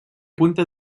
punta